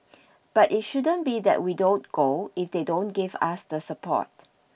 but it shouldn't be that we don't go if they don't give us the support